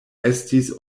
estis